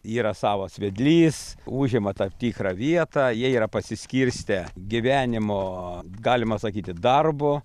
yra savas vedlys užima tam tikrą vietą jie yra pasiskirstę gyvenimo galima sakyti darbu